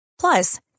Plus